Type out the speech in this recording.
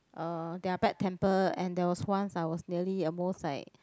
uh they are bad temper and there was one are was nearly almost like